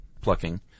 plucking